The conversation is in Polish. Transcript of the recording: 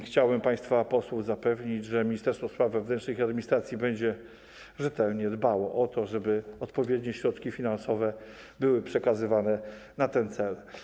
Chciałbym państwa posłów zapewnić, że Ministerstwo Spraw Wewnętrznych i Administracji będzie dbało o to, żeby odpowiednie środki finansowe były przekazywane na ten cel.